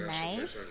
nice